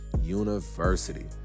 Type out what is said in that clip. University